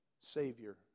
Savior